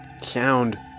sound